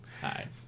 Hi